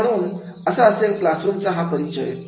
तर म्हणून हा असेल क्लासरूम चा परिचय